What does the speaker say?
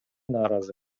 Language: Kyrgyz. нааразы